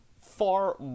far